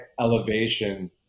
elevation